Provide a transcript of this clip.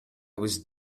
was